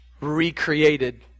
recreated